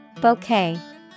Bouquet